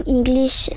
English